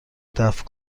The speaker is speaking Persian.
دفع